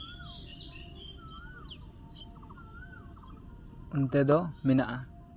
ᱚᱱᱛᱮ ᱫᱚ ᱢᱮᱱᱟᱜᱼᱟ